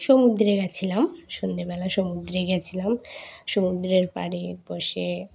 সমুদ্রে গিয়েছিলাম সন্ধেবেলা সমুদ্রে গিয়েছিলাম সমুদ্রের পাড়ির বসে